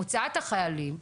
הוצאת החיילים.